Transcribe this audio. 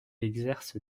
exerce